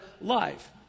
life